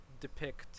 depict